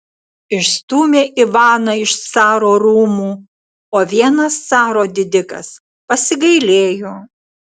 išstūmė ivaną iš caro rūmų o vienas caro didikas pasigailėjo